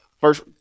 First